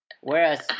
Whereas